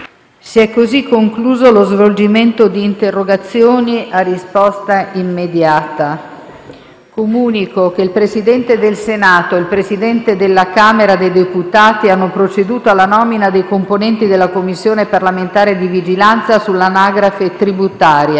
sono convocate, per la loro costituzione, mercoledì 5 dicembre, nella sede di Palazzo San Macuto, in via del Seminario, secondo gli orari di seguito indicati: ore 8,30, Commissione parlamentare per la semplificazione e Commissione parlamentare di vigilanza